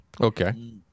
Okay